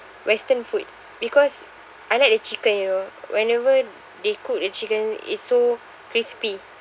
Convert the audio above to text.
western food because I like the chicken you know whenever they cook the chicken it's so crispy